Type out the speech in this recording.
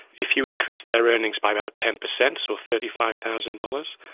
if you increase their earnings by about ten percent, so thirty five thousand dollars,